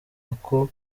uko